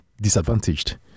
disadvantaged